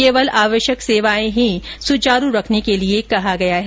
केवल आवश्यक सेवाएं ही सुचारू रखने के लिए कहा गया है